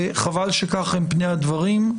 וחבל שכך הם פני הדברים,